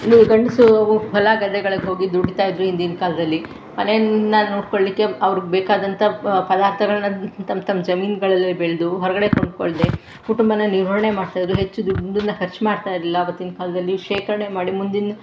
ಇಲ್ಲಿ ಗಂಡಸು ಹೊಲ ಗದ್ದೆಗಳ್ಗೆ ಹೋಗಿ ದುಡಿತಾಯಿದ್ದರು ಹಿಂದಿನ ಕಾಲದಲ್ಲಿ ಮನೆನ ನೋಡ್ಕೊಳ್ಳಿಕ್ಕೆ ಅವ್ರ್ಗೆ ಬೇಕಾದಂಥ ಪದಾರ್ಥಗಳನ್ನ ತಮ್ಮ ತಮ್ಮ ಜಮೀನುಗಳಲ್ಲಿ ಬೆಳೆದು ಹೊರಗಡೆ ಕೊಂಡುಕೊಳ್ದೆ ಕುಟುಂಬನ ನಿರ್ವಹಣೆ ಮಾಡ್ತಾಯಿದ್ರು ಹೆಚ್ಚು ದುಡ್ಡನ್ನು ಖರ್ಚು ಮಾಡ್ತಾಯಿರಲಿಲ್ಲ ಆವತ್ತಿನ ಕಾಲದಲ್ಲಿ ಶೇಖರಣೆ ಮಾಡಿ ಮುಂದಿನ